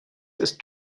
ist